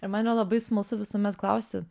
ir man yra labai smalsu visuomet klausti